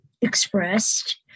expressed